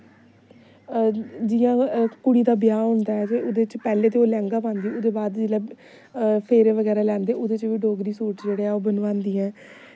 जियां कुड़ी दा ब्याह् होंदा ऐ ते उदे च पैह्ले ते ओह् लैंह्गा पांदी उदे बाद जिल्लै फेरे बगैरा लैंदी उहदे च बी डोगरी सूट जेह्ड़े ऐ ओह् बनवांदी ऐ